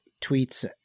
tweets